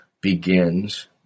begins